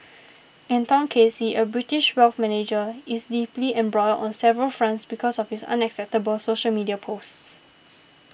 Anton Casey a British wealth manager is deeply embroiled on several fronts because of his unacceptable social media posts